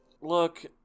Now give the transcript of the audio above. Look